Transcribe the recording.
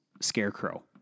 Scarecrow